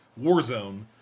Warzone